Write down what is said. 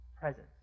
Presence